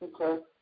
okay